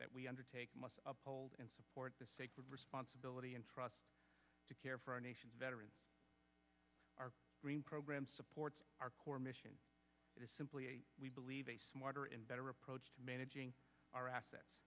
that we undertake must uphold and support the sacred responsibility and trust to care for our nation's veterans our green program supports our core mission is simply we believe a smarter and better approach to managing our assets